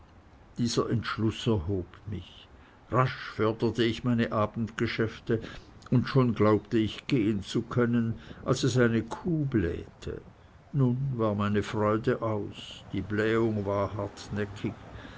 dieser entschluß erhob mich rasch förderte ich meine abendgeschäfte und schon glaubte ich gehen zu können als es eine kuh blähte nun war meine freude aus die blähung war hartnäckig